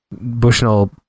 Bushnell